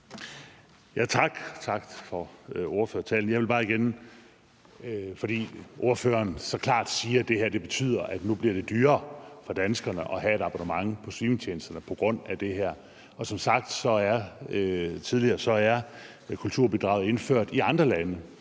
Tak, og tak for ordførertalen. Ordføreren siger så klart, at det her betyder, at nu bliver det dyrere for danskerne at have et abonnement hos streamingtjenesterne, altså på grund af det her. Som sagt tidligere er kulturbidraget indført i andre lande.